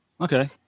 Okay